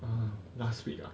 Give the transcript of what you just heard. ah last week ah